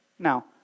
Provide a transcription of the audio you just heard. Now